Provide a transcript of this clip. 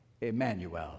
Emmanuel